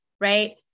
right